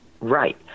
Right